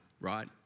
right